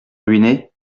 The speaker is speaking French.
ruiné